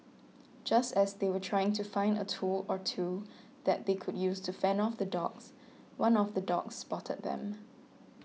just as they were trying to find a tool or two that they could use to fend off the dogs one of the dogs spotted them